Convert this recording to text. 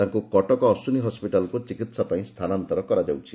ତାଙ୍କୁ କଟକ ଅଶ୍ୱିନୀ ହସ୍ୱିଟାଲ୍କୁ ଚିକିହାପାଇଁ ସ୍ଚାନାନ୍ତର କରାଯାଉଛି